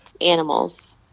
animals